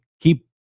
keep